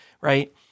right